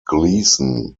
gleason